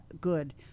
good